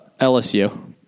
LSU